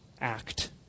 act